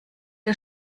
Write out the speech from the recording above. der